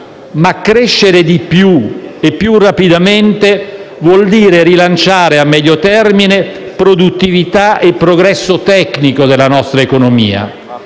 Ma crescere di più e più rapidamente vuol dire rilanciare a medio termine produttività e progresso tecnico della nostra economia.